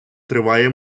триває